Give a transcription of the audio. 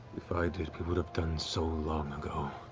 if i did, we would have done so long ago.